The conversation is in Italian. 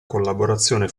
collaborazione